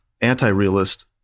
anti-realist